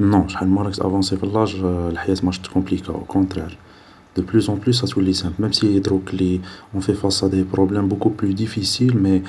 نو شحال ما راك تأفونسي في لاج الحياة ماراهاش تتكومبليكا أو كونترار دو بلوس أون بلوس راهي توالي سامبل مام سي دروك كلي أون في فاس أ دي بروبلام بوكو بلو ديفيسيل مي